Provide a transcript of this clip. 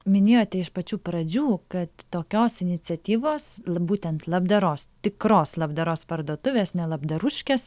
minėjote iš pačių pradžių kad tokios iniciatyvos būtent labdaros tikros labdaros parduotuvės nelabdaruškės